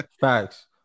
facts